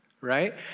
Right